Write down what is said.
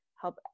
help